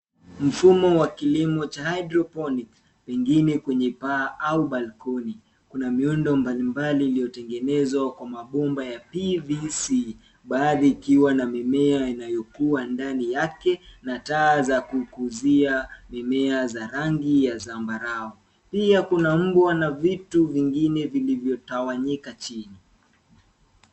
Mfumo wa kilimo cha hydroponic pengine kwenye paa au balconi. Kuna miundo mbalimbali iliyotengenezwa kwa mabomba ya PVC baadhi ikiwa na mimea inayokua ndani yake na taa za kukuzia mimea za rangi ya zambarau. Pia kuna mbwa na vitu vingine vilivyotawanyika chini.